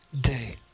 day